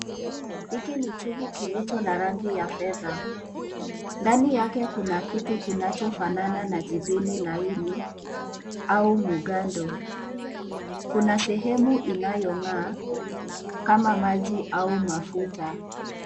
Hiki ni chombo kilicho na rangi ya fedha ndani yake kuna kitu kinachofanana na jibini la ini au mgando kuna sehemu inayo ng'aa kama maji au mafuta.